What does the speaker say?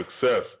success